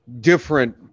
different